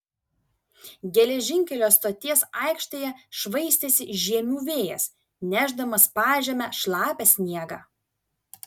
geležinkelio stoties aikštėje švaistėsi žiemių vėjas nešdamas pažeme šlapią sniegą